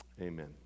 amen